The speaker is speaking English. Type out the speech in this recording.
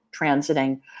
transiting